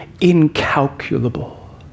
incalculable